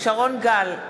שרון גל,